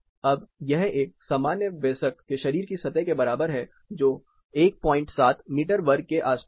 अब यह एक सामान्य वयस्क के शरीर की सतह के बराबर है जो 17 मीटर वर्ग के आसपास है